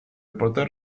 poter